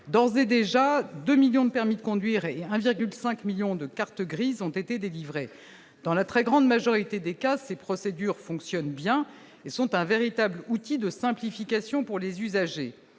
d'ores et déjà 2 millions de permis de conduire et 1,5 1000000 de cartes grises ont été délivrées dans la très grande majorité des cas, ces procédures fonctionnent bien et sont un véritable outil de simplification pour les usagers